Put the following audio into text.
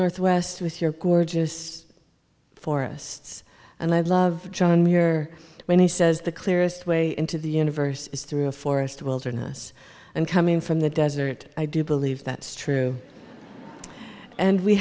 northwest with your gorgeous forests and i love john here when he says the clearest way into the universe is through a forest wilderness and coming from the desert i do believe that's true and we